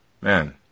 man